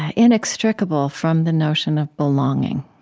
ah inextricable from the notion of belonging.